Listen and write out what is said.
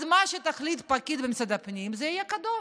אז מה שיחליט פקיד במשרד הפנים יהיה קדוש,